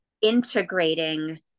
integrating